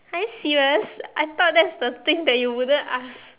are you serious I thought that's the thing that you wouldn't ask